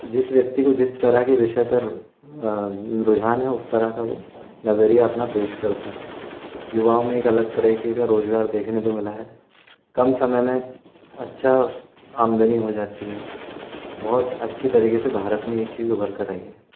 जिस व्यक्ति को जिस तरह के विषय पर रुझान है उस तरह का नजरिया अपना पेश करता है युवाओं में एक अलग तरीके का रोजगार देखने को मिला है कम समय में अच्छा आमदनी हो जाती है बहुत अच्छी तरीके से भारत में ये चीज उभर कर आई है